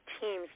teams